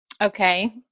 Okay